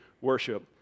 worship